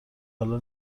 حالا